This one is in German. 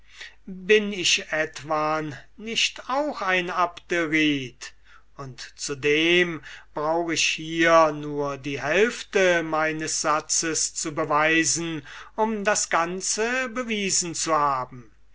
bin ich etwan nicht auch ein abderit und zudem brauch ich hier nur die hälfte meines satzes zu beweisen um das ganze bewiesen zu haben